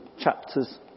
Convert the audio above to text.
chapter's